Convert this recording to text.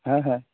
ᱦᱮᱸ ᱦᱮᱸ